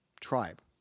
tribe